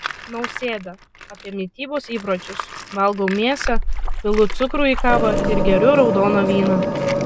nausėda apie mitybos įpročius valgau mėsą pilu cukrų į kavą ir geriu raudoną vyną